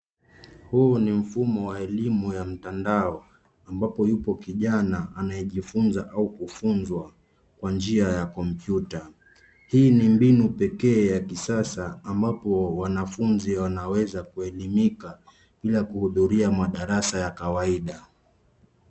Huu ni mfumo wa elimu ya mtandao ambapo yupo kijana anayejifunza au kufunzwa kwa njia ya kompyuta. Hii ni mbinu pekee ya kisasa ambapo wanafunzi wanaweza kuelimika bila kuhudhuria madarasa ya kawaida.